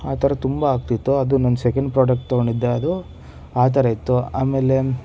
ಆ ಥರದ್ದು ತುಂಬ ಆಗ್ತಿತ್ತು ಅದು ನನ್ನ ಸೆಕೆಂಡ್ ಪ್ರಾಡಕ್ಟ್ ತೊಗೊಂಡಿದ್ದೆ ಅದು ಆ ಥರ ಇತ್ತು ಆಮೇಲೆ